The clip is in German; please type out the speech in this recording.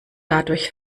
dadurch